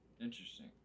Interesting